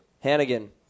Hannigan